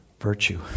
virtue